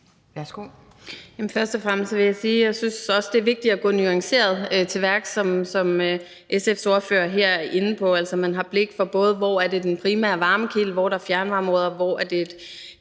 først og fremmest sige, at jeg synes, det er vigtigt at gå nuanceret til værks, sådan som SF's ordfører her er inde på, så man både har blik for, hvor det er den primære varmekilde, hvor der er fjernvarme, og hvor det er